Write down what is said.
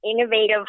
innovative